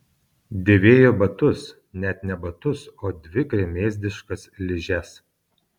dėvėjo batus net ne batus o dvi gremėzdiškas ližes